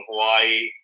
Hawaii